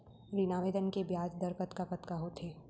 ऋण आवेदन के ब्याज दर कतका कतका होथे?